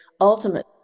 ultimate